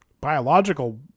biological